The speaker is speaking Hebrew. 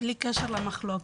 בלי קשר למחלוקת,